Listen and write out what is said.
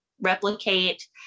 replicate